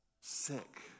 sick